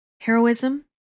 heroism